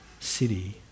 city